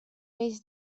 peix